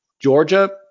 Georgia